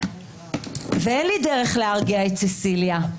ואין לי דרך להרגיע את ססיליה.